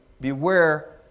beware